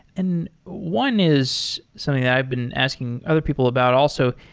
and one is something that i've been asking other people about also,